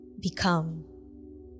become